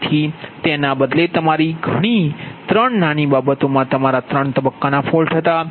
તેથી તેના બદલે તમારી ઘણી ત્રણ નાની બાબતોમાં તમારા ત્રણ તબક્કાના ફોલ્ટ હતા